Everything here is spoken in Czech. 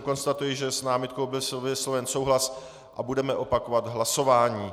Konstatuji, že s námitkou byl vysloven souhlas a budeme opakovat hlasování.